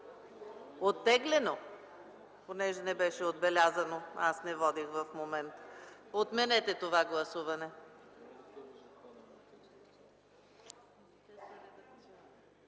Оттеглено ли е? Не беше отбелязано, аз не водех в момента. Отменете това гласуване.